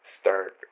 start